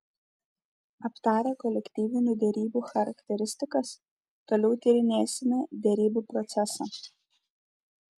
aptarę kolektyvinių derybų charakteristikas toliau tyrinėsime derybų procesą